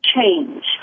change